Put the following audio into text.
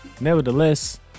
Nevertheless